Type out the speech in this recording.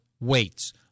weights